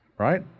right